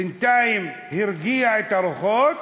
בינתיים הוא הרגיע את הרוחות,